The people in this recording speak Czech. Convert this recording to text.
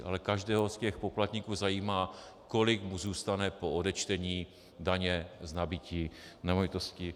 Ale každého z těch poplatníků zajímá, kolik mu zůstane po odečtení daně z nabytí nemovitosti.